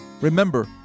Remember